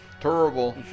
terrible